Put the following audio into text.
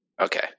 Okay